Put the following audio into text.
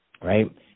right